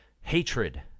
hatred